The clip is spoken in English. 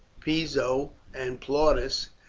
piso and plautus,